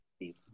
Deep